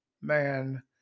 man